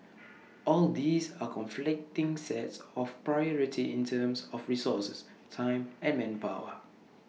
all these are conflicting sets of priority in terms of resources time and manpower